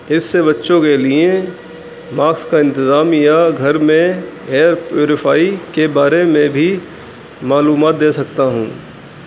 اس سے بچوں کے لیے ماسس کا انتظام یا گھر میں ایئر پیوریفائی کے بارے میں بھی معلومات دے سکتا ہوں